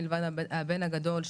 מלבד הבן הגדול,